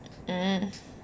mm